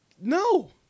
no